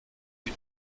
die